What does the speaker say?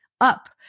up